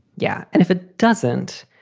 yeah. and if it doesn't,